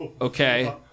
okay